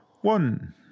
One